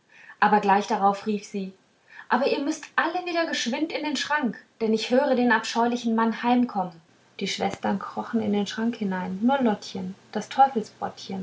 aber gleich darauf rief sie aber ihr müßt alle wieder geschwind in den schrank denn ich höre den abscheulichen mann heimkommen die schwestern krochen wieder in den schrank hinein und nur lottchen das